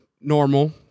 normal